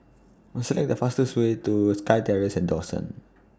Select The fastest Way to Sky Terrace and Dawson